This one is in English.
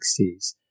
1960s